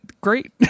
great